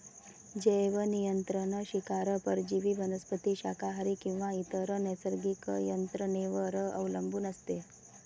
जैवनियंत्रण शिकार परजीवी वनस्पती शाकाहारी किंवा इतर नैसर्गिक यंत्रणेवर अवलंबून असते